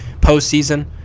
postseason